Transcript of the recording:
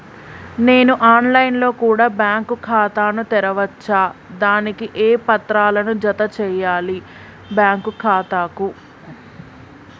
నేను online లో కూడా బ్యాంకు ఖాతా ను తెరవ వచ్చా? దానికి ఏ పత్రాలను జత చేయాలి బ్యాంకు ఖాతాకు?